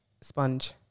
sponge